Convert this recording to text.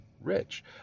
rich